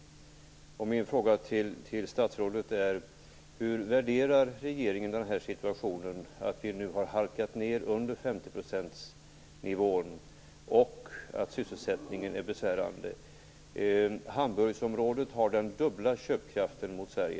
Min fråga till statsrådet är: Hur värderar regeringen den här situationen, att vi nu har halkat ned under 50-procentsnivån och att sysselsättningen är besvärande? Hamburgsområdet har den dubbla köpkraften jämfört med Sverige.